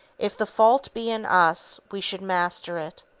if the fault be in us, we should master it.